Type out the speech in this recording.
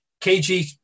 KG